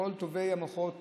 את כל טובי המוחות לקחו,